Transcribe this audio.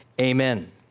Amen